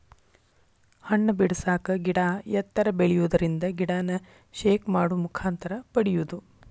ಹಣ್ಣ ಬಿಡಸಾಕ ಗಿಡಾ ಎತ್ತರ ಬೆಳಿಯುದರಿಂದ ಗಿಡಾನ ಶೇಕ್ ಮಾಡು ಮುಖಾಂತರ ಪಡಿಯುದು